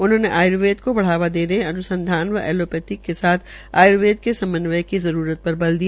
उन्होंने आयर्वेद को बढ़ावा देने अन्संधान व एलोप्रैथिक के साथ आय्र्वेद के समन्वय की जरूरत पर बल दिया